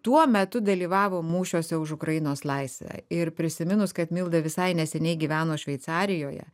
tuo metu dalyvavo mūšiuose už ukrainos laisvę ir prisiminus kad milda visai neseniai gyveno šveicarijoje